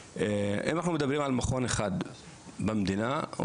אם אנחנו מדברים על מכון אחד במדינה הוא